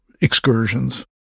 excursions